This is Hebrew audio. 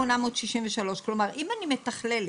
2,863. כלומר, אם אני מתכללת